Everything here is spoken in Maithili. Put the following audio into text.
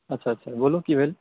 अच्छा अच्छा बोलू की भेल